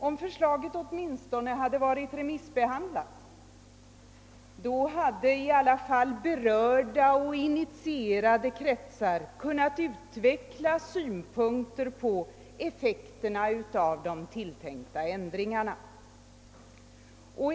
Om förslaget åtminstone hade varit remissbehandlat, hade i alla fall berörda och initierade kretsar kunnat utveckla synpunkter på effekterna av de tilltänkta ändringarna.